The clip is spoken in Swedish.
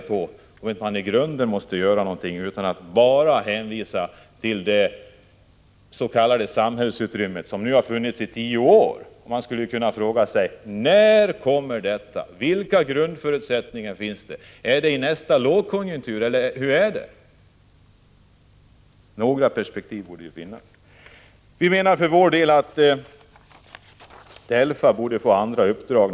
De måste fråga sig om man inte i grunden måste göra någonting i stället för att bara hänvisa till det s.k. samhällsutrymmet, som nu har funnits i tio år. Man skulle kunna ställa frågan: När skall någonting hända? Vilka grundförutsättningar finns det? Är det i nästa lågkonjunktur som någonting händer, eller hur är det? Det borde ju finnas några perspektiv. Naturligtvis menar vi för vår del att DELFA borde få fler uppdrag.